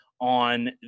on